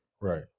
Right